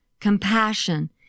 compassion